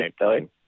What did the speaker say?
right